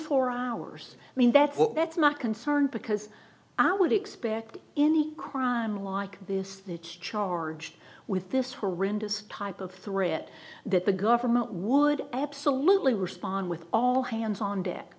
four hours i mean that's what that's my concern because i would expect any crime like this charged with this horrendous type of threat that the government would absolutely respond with all hands on deck